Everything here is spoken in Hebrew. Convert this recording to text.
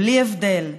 בלי הבדל דת,